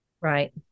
Right